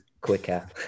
quicker